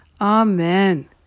amen